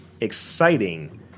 exciting